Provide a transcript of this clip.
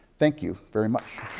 thank you very much.